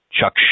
Chuck